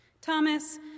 Thomas